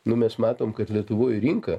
nu mes matom kad lietuvoj rinka